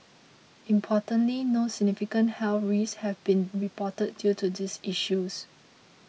importantly no significant health risks have been reported due to these issues